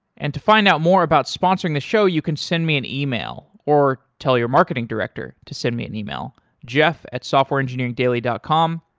and to find out more about sponsoring the show, you can send me an email or tell your marketing director to send me an email, jeff at softwareengineering dot com.